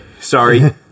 Sorry